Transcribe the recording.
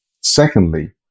Secondly